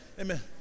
Amen